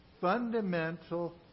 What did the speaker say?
fundamental